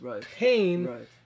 pain